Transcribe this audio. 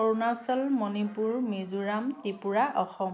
Arunachal Manipur Mizoram Tripura Assam